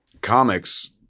Comics